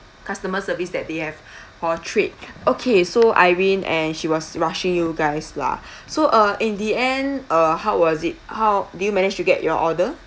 customer service that they have portrayed okay so irene and she was rushing you guys lah so uh in the end uh how was it how did you manage to get your order